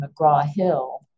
McGraw-Hill